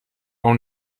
auch